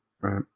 right